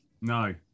No